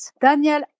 Daniel